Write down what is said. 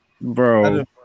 bro